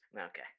Okay